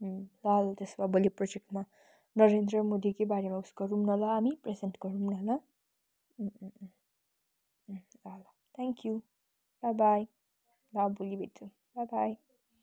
अँ ल ल त्यसो भए भोलि प्रोजेक्टमा नरेन्द्र मोदीकै बारेमा उयस गरौ न ल हामी प्रेजेन्ट गरौँ न ल अँ अँ अँ अँ ल ल थ्याङ्क्यु बा बाई ल भोलि भेटौँ